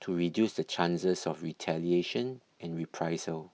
to reduce the chances of retaliation and reprisal